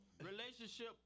Relationship